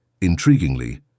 Intriguingly